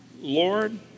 Lord